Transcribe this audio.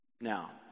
Now